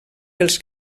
pels